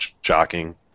shocking